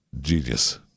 Genius